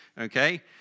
okay